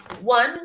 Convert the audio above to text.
One